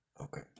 Okay